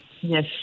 Yes